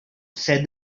said